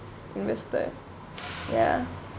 invested ya